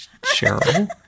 Cheryl